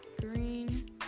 green